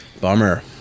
Bummer